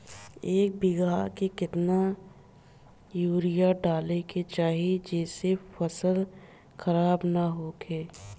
एक बीघा में केतना यूरिया डाले के चाहि जेसे फसल खराब ना होख?